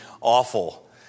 awful